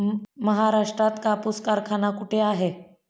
महाराष्ट्रात कापूस कारखाना कुठे आहे?